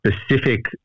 specific